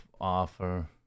offer